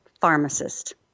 pharmacist